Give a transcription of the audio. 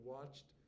Watched